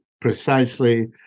precisely